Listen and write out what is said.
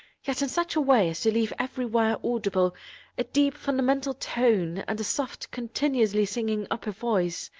yet in such a way as to leave everywhere audible a deep fundamental tone and a soft continuously-singing upper voice,